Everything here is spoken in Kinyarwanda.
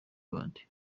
bande